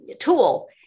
tool